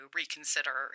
reconsider